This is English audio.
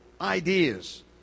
ideas